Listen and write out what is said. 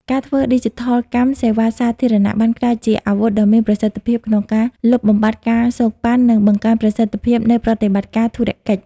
ការធ្វើឌីជីថលកម្មសេវាសាធារណៈបានក្លាយជាអាវុធដ៏មានប្រសិទ្ធភាពក្នុងការលុបបំបាត់ ការសូកប៉ាន់ និងបង្កើនប្រសិទ្ធភាពនៃប្រតិបត្តិការធុរកិច្ច។